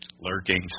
lurking